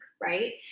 right